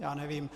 Já nevím.